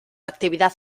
actividad